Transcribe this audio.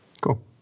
cool